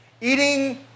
eating